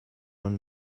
man